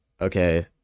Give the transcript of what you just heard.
Okay